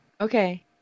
okay